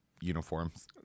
uniforms